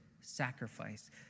sacrifice